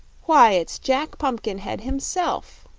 why, it's jack pumpkinhead himself!